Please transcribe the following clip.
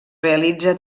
realitza